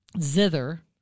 zither